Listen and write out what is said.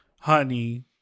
Honey